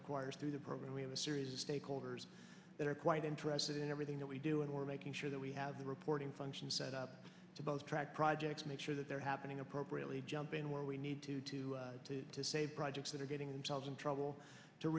requires through the program we have a series of stakeholders that are quite interested in everything that we do and we're making sure that we have the reporting function set up to both track projects make sure that they're happening appropriately jumping where we need to to to to save projects that are getting themselves in trouble to